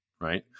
right